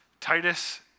Titus